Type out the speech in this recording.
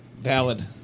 Valid